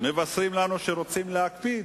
מבשרים לנו שרוצים להקפיא.